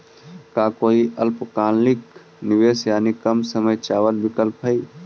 का कोई अल्पकालिक निवेश यानी कम समय चावल विकल्प हई?